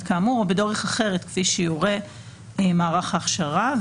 כאמור או בדרך אחרת כפי שיורה מערך ההכשרה,